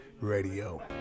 Radio